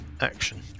action